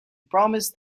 promised